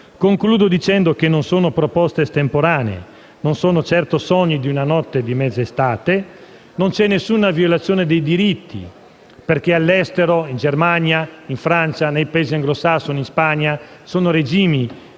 Concludo dicendo che non sono proposte estemporanee e non sono certo sogni di una notte di mezza estate. Non c'è alcuna violazione dei diritti, perché all'estero (in Germania, in Francia, nei Paesi anglosassoni, in Spagna) esistono regimi